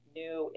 new